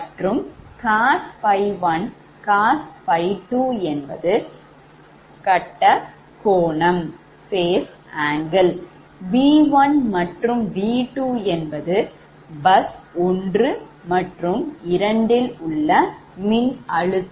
மற்றும் cos𝜙1 cos𝜙2 என்பது கட்ட கோணம் 𝑉1 மற்றும் 𝑉2 என்பது bus 1 மற்றும் 2 மின்னழுத்தம்